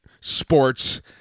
sports